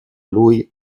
lui